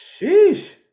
sheesh